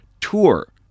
tour